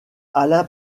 alain